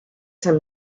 him